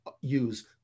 use